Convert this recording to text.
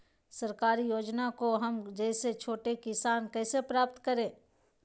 सरकारी योजना को हम जैसे छोटे किसान कैसे प्राप्त करें?